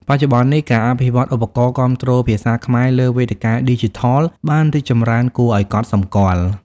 បច្ចុប្បន្ននេះ ការអភិវឌ្ឍឧបករណ៍គាំទ្រភាសាខ្មែរលើវេទិកាឌីជីថលបានរីកចម្រើនគួរឱ្យកត់សម្គាល់។